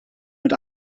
mit